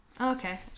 Okay